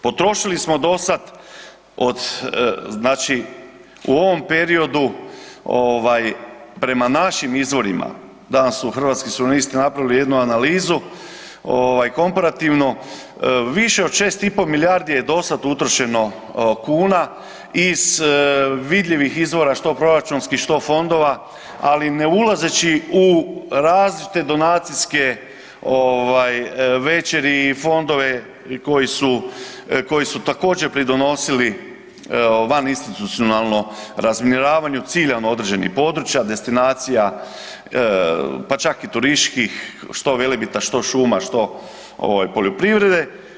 Potrošili smo dosada od, znači u ovom periodu ovaj prema našim izvorima danas su Hrvatski suverenisti napravili jednu analizu ovaj komparativno, više od 6,5 milijardi je dosada utrošeno kuna iz vidljivih izvora, što proračunski što fondova, ali ne ulazeći u različite donacijske ovaj večeri i fondove i koji su, koji su također pridonosili vaninstitucionalnom razminiranju ciljano određenih područja, destinacija pa čak i turističkih što Velebita, što šuma, što ovaj poljoprivrede.